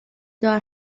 دار